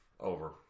Over